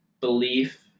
belief